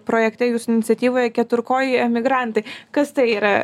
projekte jūsų iniciatyvoje keturkojai emigrantai kas tai yra